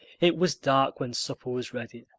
it was dark when supper was ready,